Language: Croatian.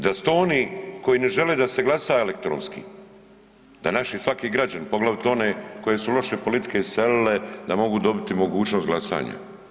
Dal su to oni koji ne žele da se glasa elektronski, da naši svaki građanin, poglavito oni koje su loše politike iselile da mogu dobiti mogućnost glasanja?